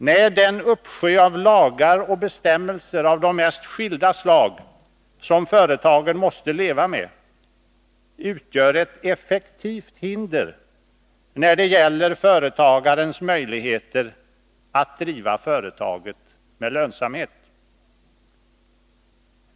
Nej, den uppsjö av lagar och bestämmelser av de mest skilda slag som företagen måste leva med utgör ett effektivt hinder när det gäller företagarens möjligheter att driva företaget med lönsamhet.